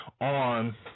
on